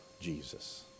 Jesus